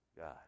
God